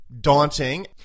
daunting